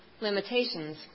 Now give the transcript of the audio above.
limitations